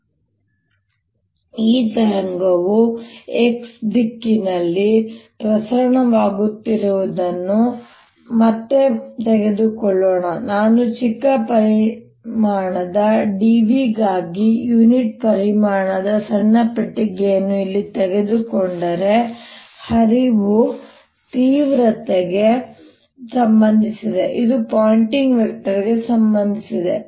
ಆದ್ದರಿಂದ ಈ ತರಂಗವು x ದಿಕ್ಕಿನಲ್ಲಿ ಪ್ರಸರಣವಾಗುತ್ತಿರುವುದರಿಂದ ಅದನ್ನು ಮತ್ತೆ ತೆಗೆದುಕೊಳ್ಳೋಣ ನಾನು ಚಿಕ್ಕ ಪರಿಮಾಣದ dv ಗಾಗಿ ಯೂನಿಟ್ ಪರಿಮಾಣದ ಸಣ್ಣ ಪೆಟ್ಟಿಗೆಯನ್ನು ಇಲ್ಲಿ ತೆಗೆದುಕೊಂಡರೆ ಹರಿವು ತೀವ್ರತೆಗೆ ಸಂಬಂಧಿಸಿದೆ ಇದು ಪಾಯಿಂಟಿಂಗ್ ವೆಕ್ಟರ್ಗೆ ಸಂಬಂಧಿಸಿದೆ